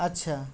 ଆଚ୍ଛା